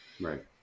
Right